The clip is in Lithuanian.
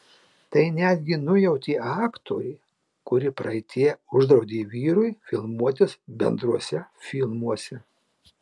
tai netgi nujautė aktorė kuri praeityje uždraudė vyrui filmuotis bendruose filmuose